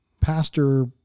Pastor